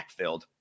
backfilled